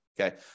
Okay